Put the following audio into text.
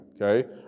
okay